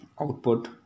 output